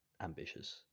ambitious